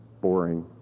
boring